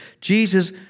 Jesus